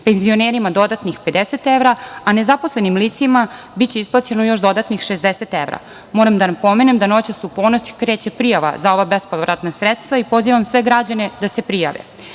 penzionerima dodatnih 50 evra, a nezaposlenim licima biće isplaćeno još dodatnih 60 evra. Moram da napomenem da noćas u ponoć kreće prijava za ova bespovratna sredstva. Pozivam sve građane da se prijave. Zatim,